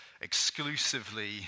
exclusively